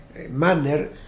manner